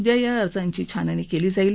उद्या या अर्जाची छाननी कल्ली जाईल